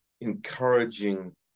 encouraging